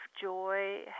joy